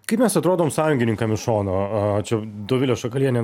kaip mes atrodom sąjungininkam iš šono a čia dovilė šakalienė